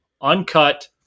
Uncut